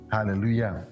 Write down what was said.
Hallelujah